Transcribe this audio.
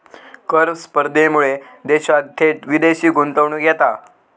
कर स्पर्धेमुळा देशात थेट विदेशी गुंतवणूक येता